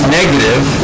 negative